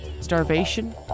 starvation